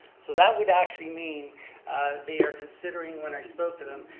so that would actually mean they are considering, when i spoke to them,